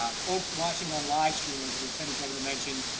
um folks watching on livestream, as lieutenant governor mentioned,